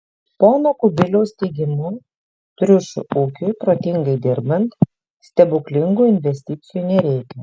pono kubiliaus teigimu triušių ūkiui protingai dirbant stebuklingų investicijų nereikia